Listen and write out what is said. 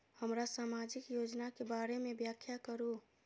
हमरा सामाजिक योजना के बारे में व्याख्या करु?